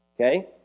Okay